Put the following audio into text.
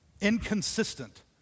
inconsistent